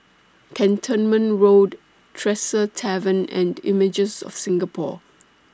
Cantonment Road Tresor Tavern and Images of Singapore